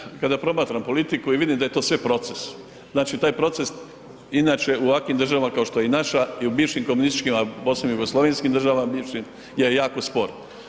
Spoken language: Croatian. Vidite vi, ja kada promatram politiku i vidim da je to sve proces, znači taj proces inače u ovakvim državama kao što je naša i u bivšim komunističkim, a posebno u jugoslavenskim državama bivšim je jako spor.